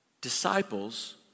disciples